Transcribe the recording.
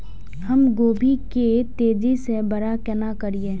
हम गोभी के तेजी से बड़ा केना करिए?